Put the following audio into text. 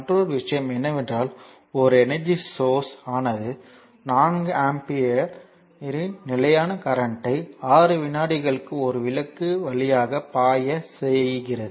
மற்றொரு விஷயம் என்னவென்றால் ஒரு எனர்ஜி சோர்ஸ் ஆனது 4 ஆம்பியரின் நிலையான கரண்ட்யை 6 விநாடிகளுக்கு ஒரு விளக்கு வழியாகப் பாயச் செய்கிறது